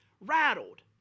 rattled